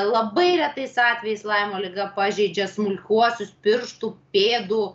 labai retais atvejais laimo liga pažeidžia smulkiuosius pirštų pėdų